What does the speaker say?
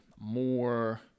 more